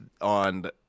on